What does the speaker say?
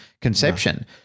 conception